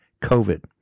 COVID